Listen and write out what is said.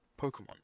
Pokemon